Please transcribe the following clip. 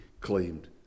claimed